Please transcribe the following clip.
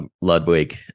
Ludwig